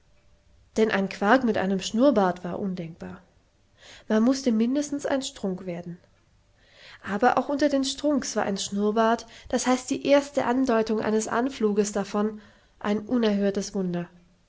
denn ein quark mit einem schnurrbart war undenkbar man mußte mindestens ein strunk werden aber auch unter den strunks war ein schnurrbart d h die erste andeutung eines anfluges davon ein unerhörtes wunder